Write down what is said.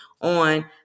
on